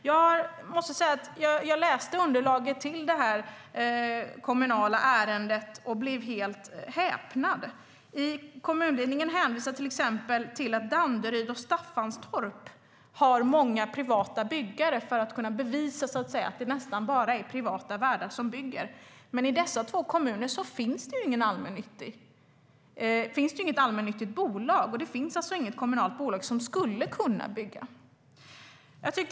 Jag läste underlaget till det kommunala ärendet och häpnade. Kommunledningen hänvisade till att exempelvis Danderyd och Staffanstorp har många privata byggare, för att kunna bevisa att det nästan bara är privata värdar som bygger. Men i de två kommunerna finns det inget allmännyttigt bolag. Det finns alltså inget kommunalt bolag som skulle kunna bygga.